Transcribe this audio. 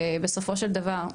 בסופו של דבר.